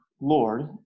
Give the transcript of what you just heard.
Lord